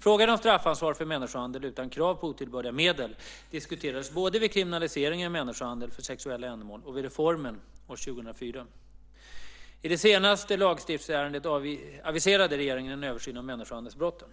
Frågan om straffansvar för människohandel utan krav på otillbörliga medel diskuterades både vid kriminaliseringen av människohandel för sexuella ändamål och vid reformen år 2004. I det senaste lagstiftningsärendet aviserade regeringen en översyn av människohandelsbrottet.